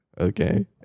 okay